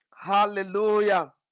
Hallelujah